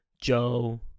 Joe